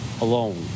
alone